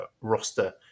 roster